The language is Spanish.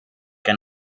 que